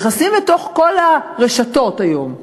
כשנכנסים לתוך כל הרשתות היום,